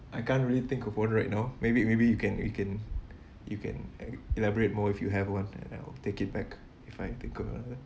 I can't really think of one right now maybe maybe you can you can you can elaborate more if you have one and I'll take it back if I take uh